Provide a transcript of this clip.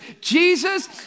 Jesus